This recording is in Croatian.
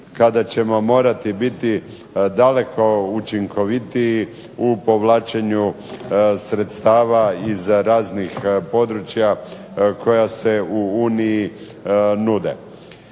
kada ćemo morati biti daleko učinkovitiji u povlačenju sredstava iz raznih područja koja se u Uniji nude.